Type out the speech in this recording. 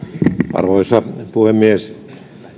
arvoisa puhemies kun